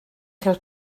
chael